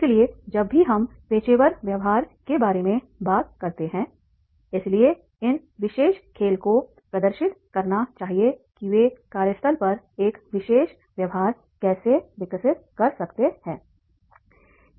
इसलिए जब भी हम पेशेवर व्यवहार के बारे में बात करते हैं इसलिए इन विशेष खेल को प्रदर्शित करना चाहिए कि वे कार्यस्थल पर एक विशेष व्यवहार कैसे विकसित कर सकते हैं